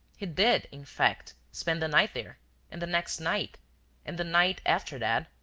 he did, in fact, spend the night there and the next night and the night after that.